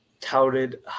touted